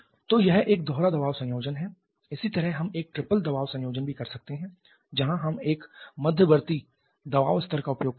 तो यह एक दोहरा दबाव संयोजन है इसी तरह हम एक ट्रिपल दबाव संयोजन भी कर सकते हैं जहां हम एक मध्यवर्ती दबाव स्तर का उपयोग कर रहे हैं